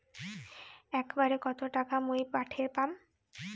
একবারে কত টাকা মুই পাঠের পাম?